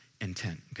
intent